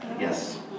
Yes